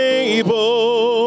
able